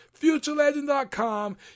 FutureLegend.com